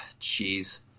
Jeez